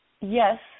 yes